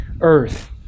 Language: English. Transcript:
earth